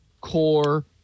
core